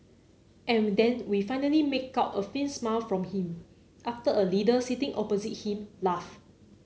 and we then we finally make out a faint smile from him after a leader sitting opposite him laugh